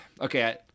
okay